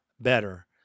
better